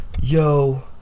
Yo